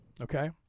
Okay